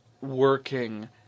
working